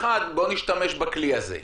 בוא ונשתמש בכלי הזה.